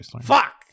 Fuck